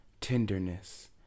tenderness